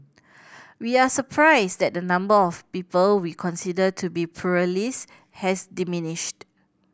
we are surprised that the number of people we consider to be pluralist has diminished